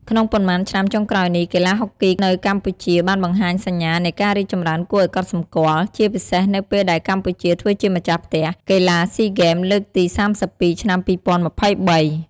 ក្នុងប៉ុន្មានឆ្នាំចុងក្រោយនេះ កីឡាហុកគីនៅកម្ពុជាបានបង្ហាញសញ្ញានៃការរីកចម្រើនគួរឲ្យកត់សម្គាល់ ជាពិសេសនៅពេលដែលកម្ពុជាធ្វើជាម្ចាស់ផ្ទះ កីឡាស៊ីហ្គេមលើកទី៣២ ឆ្នាំ២០២៣។